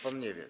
Pan nie wie?